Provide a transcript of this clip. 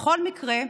בכל מקרה,